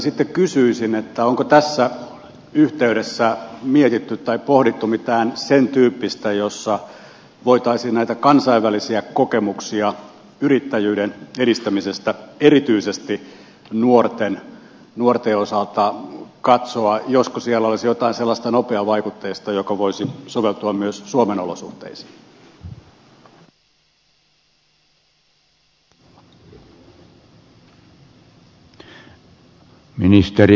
sitten kysyisin onko tässä yhteydessä mietitty tai pohdittu mitään sen tyyppistä jossa voitaisiin näitä kansainvälisiä kokemuksia yrittäjyyden edistämisestä erityisesti nuorten osalta katsoa josko siellä olisi jotain sellaista nopeavaikutteista joka voisi soveltua myös suomen olosuhteisiin